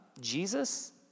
Jesus